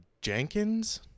Jenkins